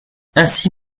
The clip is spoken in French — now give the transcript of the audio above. ainsi